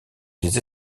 des